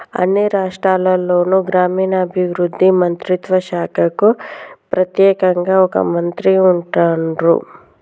అన్ని రాష్ట్రాల్లోనూ గ్రామీణాభివృద్ధి మంత్రిత్వ శాఖకు ప్రెత్యేకంగా ఒక మంత్రి ఉంటాన్రు